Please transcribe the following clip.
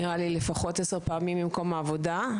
נראה לי לפחות עשר פעמים ממקום העבודה,